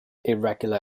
irregular